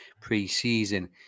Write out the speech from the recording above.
pre-season